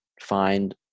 find